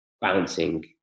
Bouncing